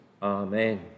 Amen